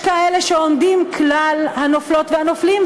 כלל הנופלות והנופלים,